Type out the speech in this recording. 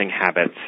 habits